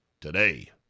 today